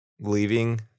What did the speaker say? leaving